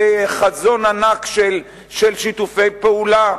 וחזון ענק של שיתופי פעולה.